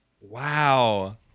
Wow